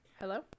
Hello